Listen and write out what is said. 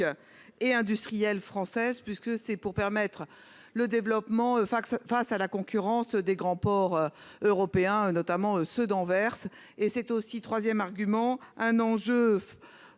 et industrielle française puisque c'est pour permettre le développement Fax face à la concurrence des grands ports européens, notamment ceux d'Anvers et c'est aussi 3ème argument un enjeu.